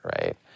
right